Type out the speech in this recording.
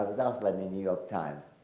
i was asked by the new york times,